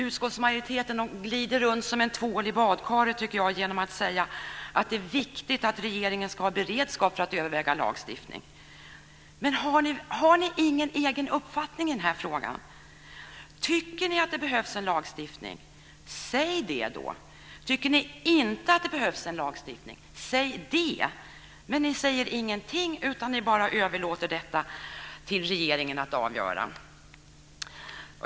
Utskottsmajoriteten glider runt som en tvål i badkaret genom att säga att det är viktigt att regeringen ska ha beredskap för att överväga lagstiftning. Men har ni ingen egen uppfattning i den här frågan? Tycker ni att det behövs en lagstiftning? Säg det då! Tycker ni inte att det behövs en lagstiftning? Säg det! Men ni säger ingenting utan överlåter bara detta till regeringen att avgöra.